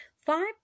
Five